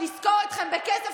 לשכור אתכם בכסף,